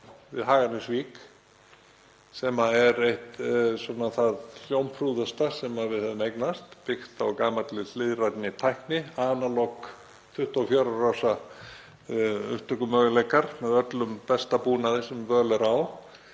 við Haganesvík, sem er eitt það hljómprúðasta sem við höfðum eignast, byggt á gamalli hliðrænni tækni; analog 24 rása upptökumöguleikar með öllum besta búnaði sem völ er á,